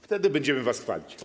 Wtedy będziemy was chwalić.